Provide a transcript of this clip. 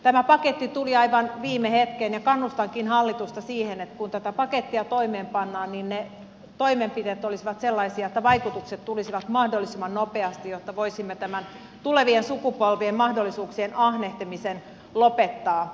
tämä paketti tuli aivan viime hetkeen ja kannustankin hallitusta siihen että kun tätä pakettia toimeenpannaan niin ne toimenpiteet olisivat sellaisia että vaikutukset tulisivat mahdollisimman nopeasti jotta voisimme tämän tulevien sukupolvien mahdollisuuksien ahnehtimisen lopettaa